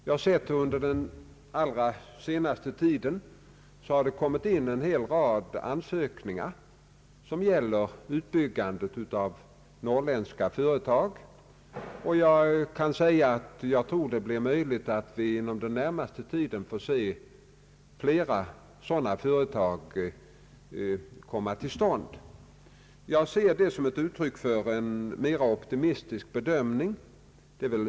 Jag har sett att det under den allra senaste tiden kommit in en hel rad ansökningar som gäller utbyggandet av norrländska företag. Jag tror det är möjligt att vi inom den närmaste tiden får se fler sådana företag komma till stånd. Jag ser det som ett uttryck för en mer optimistisk bedömning.